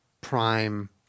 Prime